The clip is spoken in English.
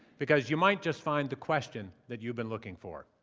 because you might just find the question that you've been looking for.